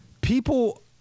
people